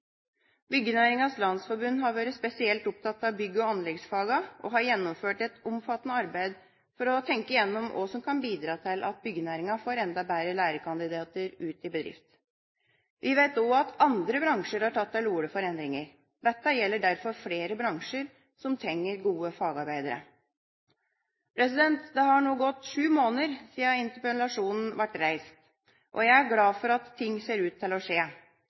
har vært spesielt opptatt av bygg- og anleggsfagene og har gjennomført et omfattende arbeid for å tenke gjennom hva som kan bidra til at byggenæringen får enda bedre lærekandidater ut i bedrift. Vi vet også at andre bransjer har tatt til orde for endringer. Dette gjelder derfor flere bransjer som trenger gode fagarbeidere. Det har nå gått sju måneder siden interpellasjonen ble reist, og jeg er glad for at ting ser ut til å skje.